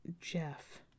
jeff